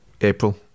April